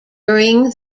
during